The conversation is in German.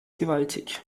gewaltig